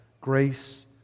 Grace